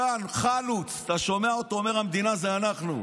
כאן, חלוץ, אתה שומע אותו אומר: המדינה זה אנחנו.